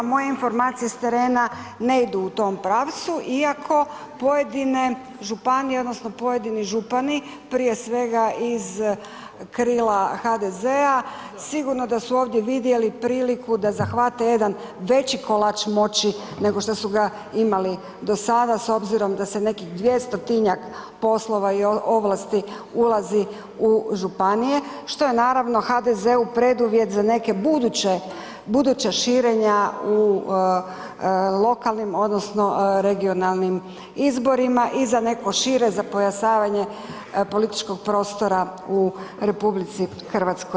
Moje informacije s terena ne idu u tom pravcu iako pojedine županije, odnosno pojedini župani prije svega iz krila HDZ-a sigurno da su ovdje vidjeli priliku da zahvate jedan veći kolač moći nego što su ga imali do sada s obzirom da se nekih 200-tinjak poslova i ovlasti ulazi u županije, što je naravno HDZ-u preduvjet za neke buduće, buduća širenja u lokalnim odnosno regionalnim izborima i za neko šire za pojasavanje političkog prostora u RH.